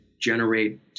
generate